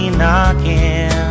knocking